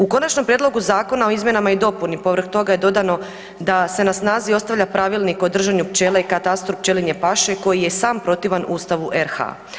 U Konačnom prijedloga zakona o izmjenama i dopuni povrh toga je dodano da se na snazi ostavlja Pravilnik o držanju pčele i katastru pčelinje paše koji je sam protivan Ustavu RH.